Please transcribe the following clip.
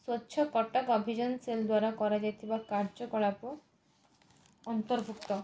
ସ୍ୱଚ୍ଛ କଟକ ଅଭିଯାନ ସେଲ୍ ଦ୍ୱାରା କରା ଯାଇଥିବା କାର୍ଯ୍ୟକଳାପ ଅନ୍ତର୍ଭୁକ୍ତ